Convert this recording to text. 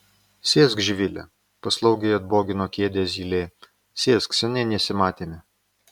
sėsk živile paslaugiai atbogino kėdę zylė sėsk seniai nesimatėme